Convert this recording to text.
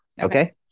Okay